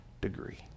degree